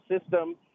system